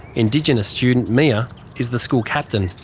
indigenous student mia is the school captain,